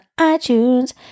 iTunes